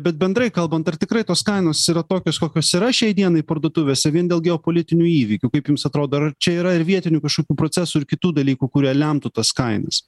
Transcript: bet bendrai kalbant ar tikrai tos kainos yra tokios kokios yra šiai dienai parduotuvėse vien dėl geopolitinių įvykių kaip jums atrodo čia yra ir vietinių kažkokių procesų ir kitų dalykų kurie lemtų tas kainas